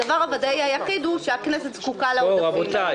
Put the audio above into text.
הדבר הוודאי היחיד הוא, שהכנסת זקוקה לעודפים.